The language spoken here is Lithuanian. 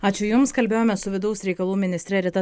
ačiū jums kalbėjome su vidaus reikalų ministre rita